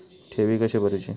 ठेवी कशी भरूची?